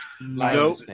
No